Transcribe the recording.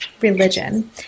religion